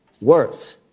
worth